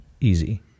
Easy